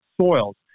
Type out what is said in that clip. soils